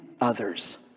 others